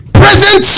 present